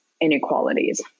inequalities